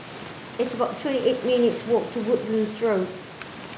it's about twenty eight minutes' walk to Woodlands Road